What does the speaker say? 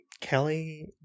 kelly